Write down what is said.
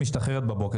משתחררת בבוקר.